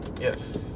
Yes